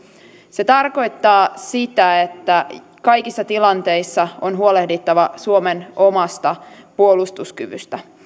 se tarkoittaa sitä että kaikissa tilanteissa on huolehdittava suomen omasta puolustuskyvystä